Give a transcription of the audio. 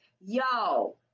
y'all